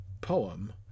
poem